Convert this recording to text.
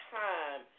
time